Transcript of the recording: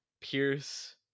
pierce